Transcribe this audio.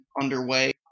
underway